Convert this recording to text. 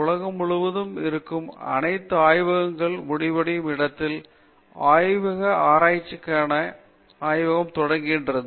உலகம் முழுவதும் இருக்கும் அனைத்து ஆய்வகங்கள் முடிவடையும் இடத்தில் ஆய்வக ஆராய்ச்சிக்கான ஆய்வகம் தொடங்குகிறது